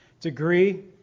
degree